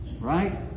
Right